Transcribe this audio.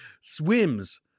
Swims